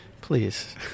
please